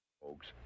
Folks